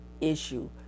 issue